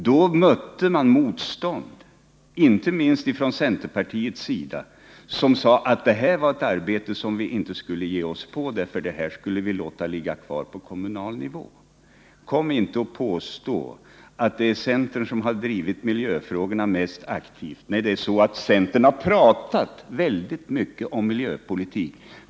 Då mötte man motstånd, inte minst från vissa centerpartister, som sade att detta var ett arbete som vi inte skulle ge oss på. Kom alltså inte och påstå att det är centern som har drivit miljöfrågorna mest aktivt! — Men centern har pratat väldigt mycket om miljöpolitik.